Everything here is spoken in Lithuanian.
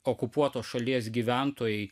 okupuotos šalies gyventojai